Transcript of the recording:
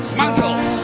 mantles